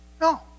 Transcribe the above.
No